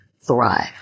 thrive